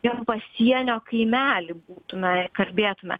jiem pasienio kaimelyje būtume kalbėtume